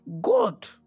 God